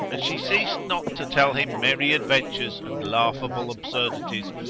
and she ceased not to tell him merry adventures and laughable absurdities,